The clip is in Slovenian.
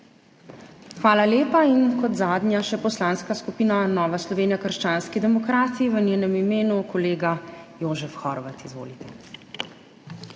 Hvala lepa. In kot zadnja še Poslanska skupina Nova Slovenija krščanski demokrati, v njenem imenu kolega Jožef Horvat. Izvolite.